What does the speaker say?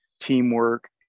teamwork